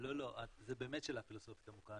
לא, זו באמת שאלה פילוסופית עמוקה.